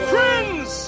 Friends